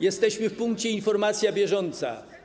Jesteśmy w punkcie: Informacja bieżąca.